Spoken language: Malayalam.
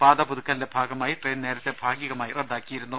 പാത പുതു ക്കലിന്റെ ഭാഗമായി ട്രെയിൻ നേരത്തെ ഭാഗികമായി റദ്ദാക്കിയിരുന്നു